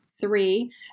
three